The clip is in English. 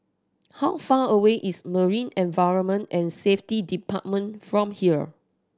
how far away is Marine Environment and Safety Department from here